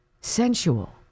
sensual